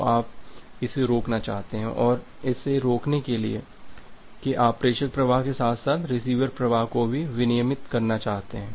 तो आप इसे रोकना चाहते हैं और इसे रोकने के लिए कि आप प्रेषक प्रवाह के साथ साथ रिसीवर प्रवाह को भी विनियमित करना चाहते हैं